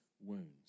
wounds